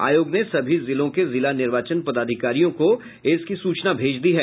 आयोग ने सभी जिलों के जिला निर्वाचन पदाधिकारियों को इसकी सूचना भेज दी है